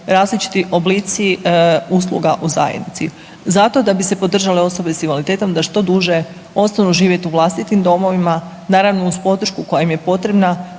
različiti oblici usluga u zajednici zato da bi se podržale osobe s invaliditetom da što duže ostanu živjeti u vlastitim domovima, naravno, uz podršku koja im je potrebna,